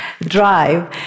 drive